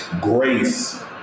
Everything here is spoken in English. grace